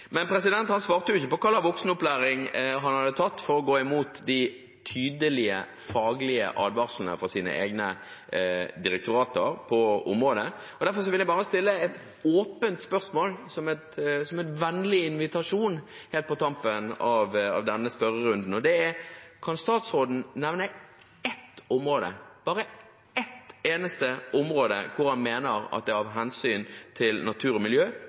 Men statsråden svarte ikke på hva slags voksenopplæring han hadde tatt for å gå imot de tydelige faglige advarslene fra sine egne direktorater på området, og derfor vil jeg bare stille et åpent spørsmål, som en vennlig invitasjon helt på tampen av denne spørrerunden. Kan statsråden nevne ett område, bare ett eneste område, der han mener at det av hensyn til natur og miljø